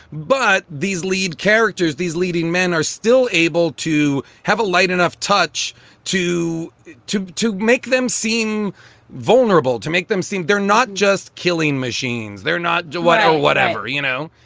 but these lead characters, these leading men are still able to have a light enough touch to to to make them seem vulnerable, to make them seem they're not just killing machines. they're not do whatever, whatever. you know,